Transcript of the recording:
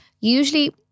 usually